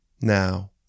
Now